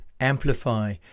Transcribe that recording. amplify